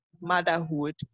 motherhood